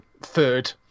third